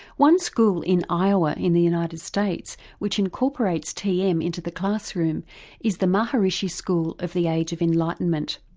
one school in iowa in the united states, which incorporates tm into the classroom is the maharishi school of the age of enlightenment.